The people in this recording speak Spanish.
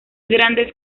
grandes